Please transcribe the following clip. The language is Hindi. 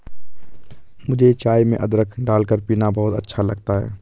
मुझे चाय में अदरक डालकर पीना बहुत अच्छा लगता है